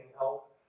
else